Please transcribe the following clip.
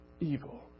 evil